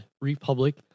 republic